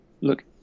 look